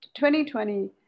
2020